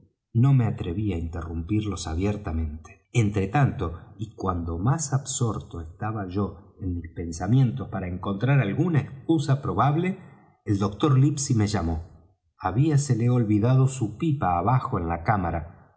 no me atreví á interrumpirlos abiertamente entre tanto y cuando más absorto estaba yo en mis pensamientos para encontrar alguna excusa probable el doctor livesey me llamó habíasele olvidado su pipa abajo en la cámara